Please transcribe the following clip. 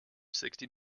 sixty